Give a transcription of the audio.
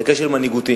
הוא כשל מנהיגותי.